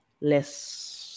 less